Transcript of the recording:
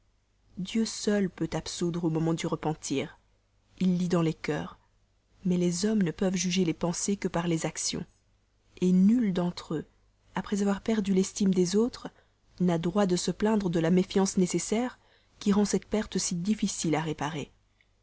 dieu seul peut absoudre au moment du repentir il lit dans les cœurs mais les hommes ne peuvent juger les pensées que par les actions et nul d'entre eux après avoir perdu l'estime des autres n'a droit de se plaindre de la méfiance nécessaire qui la lui rend si difficile à recouvrer